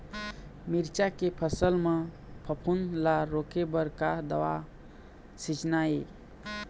मिरचा के फसल म फफूंद ला रोके बर का दवा सींचना ये?